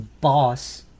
boss